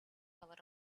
hour